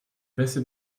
beste